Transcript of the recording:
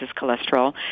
cholesterol